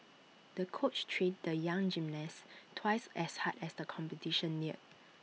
the coach trained the young gymnast twice as hard as the competition neared